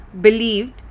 believed